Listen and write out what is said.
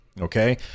okay